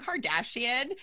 Kardashian